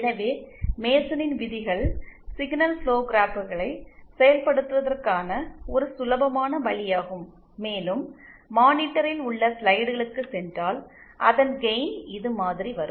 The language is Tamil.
எனவே மேசனின் விதிகள் சிக்னல் ஃபுளோ கிராப்களை செயல்படுத்துவதற்கான ஒரு சுலபமான வழியாகும் மேலும் மானிட்டரில் உள்ள ஸ்லைடுகளுக்குச் சென்றால் அதன் கெயின் இது மாதிரி வரும்